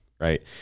right